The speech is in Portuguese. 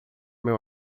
meu